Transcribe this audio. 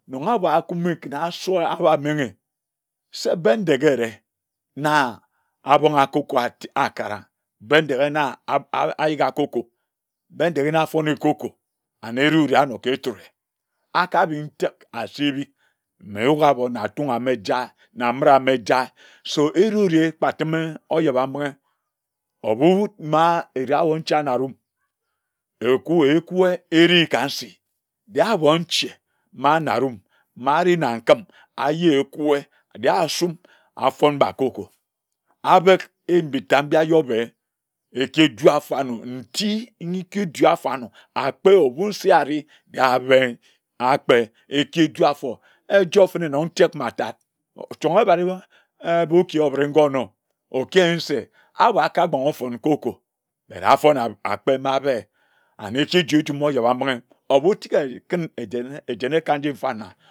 Magar abor akumi ken asora abor amenghe se Bendaghe ere na abonga cocoa ati akaga Bendeghe na ayiya cocoa Bendeghe na afone cocoa anne ereh ere anor ke etere akabe ntik asiebik mme nyuk abor na tung ame jarr na ambid jarr so eyiri wure ekpatime ojebambinghe ebu wud ma ere abor ncha na arum eku ekui ere ka nsi je abon nche ma anarum ma areh na nkim ayi ekwue je asum afon mba cocoa abek endik kaye baye obe ekiru afarno nti mi nkiru afarno akpe ebu nsi areh je abe kpe ekidu afor ejoer fene nontek matad chonge ebari wa aaboki ebiri ngonor okiyin se abor aka gbanghe ofon cocoa bere afona akpe na abe and ekijoer njum ojebambinghe ebu tik ehn kin ejene ejene nji mfana